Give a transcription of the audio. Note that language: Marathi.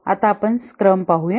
आता आपण स्क्रम पाहूया